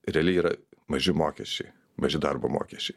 realiai yra maži mokesčiai maži darbo mokesčiai